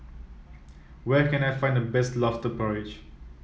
where can I find the best lobster porridge